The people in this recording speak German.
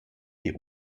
die